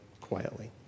quietly